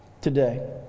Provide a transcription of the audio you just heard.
today